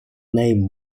name